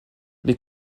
les